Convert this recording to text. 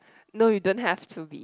no you don't have to be